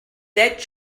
deck